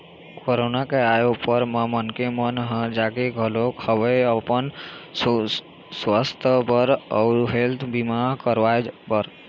corona के आय ऊपर म मनखे मन ह जागे घलोक हवय अपन सुवास्थ बर अउ हेल्थ बीमा करवाय बर